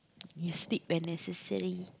you speak when necessary